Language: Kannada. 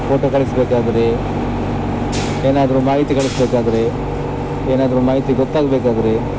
ಫೋಟೋ ಕಳಿಸ್ಬೇಕಾದರೆ ಏನಾದರು ಮಾಹಿತಿ ಕಳಿಸ್ಬೇಕಾದರೆ ಏನಾದರು ಮಾಹಿತಿ ಗೊತ್ತಾಗ್ಬೇಕಾದರೆ